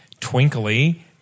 twinkly